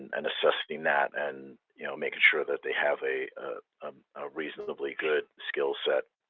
and assessing that, and you know making sure that they have a reasonably good skill set